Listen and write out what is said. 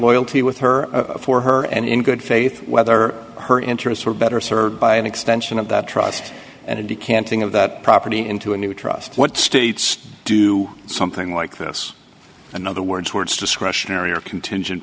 loyalty with her for her and in good faith whether her interests were better served by an extension of that trust and a decamping of that property into a new trust what states do something like this in other words words discretionary or contingent